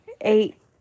eight